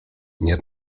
nie